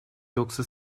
yoksa